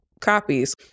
copies